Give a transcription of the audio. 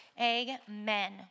Amen